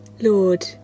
Lord